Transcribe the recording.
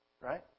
right